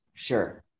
Sure